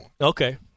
Okay